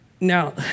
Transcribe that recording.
Now